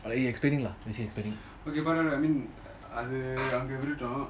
but he explaining lah he's explaining